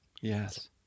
Yes